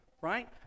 right